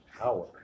power